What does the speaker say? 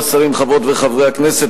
חברות וחברי הכנסת,